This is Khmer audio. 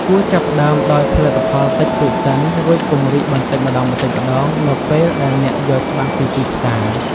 គួរចាប់ផ្ដើមដោយផលិតផលតិចតួចសិន រួចពង្រីកបន្តិចម្ដងៗនៅពេលដែលអ្នកយល់ច្បាស់ពីទីផ្សារ។